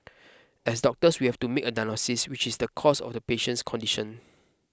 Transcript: as doctors we have to make a diagnosis which is the cause of the patient's condition